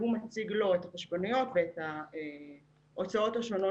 הוא מציג לו את החשבוניות ואת ההוצאות השונות